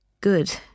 Good